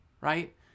right